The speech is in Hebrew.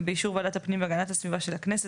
ובאישור ועדת הפנים והגנת הסביבה של הכנסת,